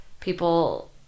People